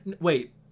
wait